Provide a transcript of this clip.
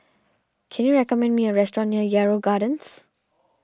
can you recommend me a restaurant near Yarrow Gardens